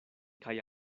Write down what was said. kaj